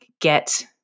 get